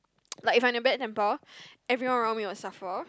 like if I'm in a bad temper everyone around me will suffer